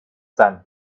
sand